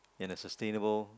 in a sustainable